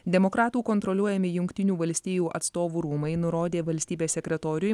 demokratų kontroliuojami jungtinių valstijų atstovų rūmai nurodė valstybės sekretoriui